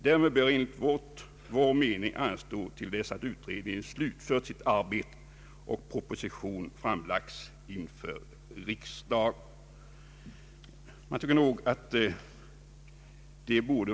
Därmed bör enligt vår mening anstå tills utredningen slutfört sitt arbete och proposition framlagts inför riksdagen.